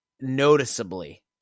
noticeably